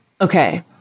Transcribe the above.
Okay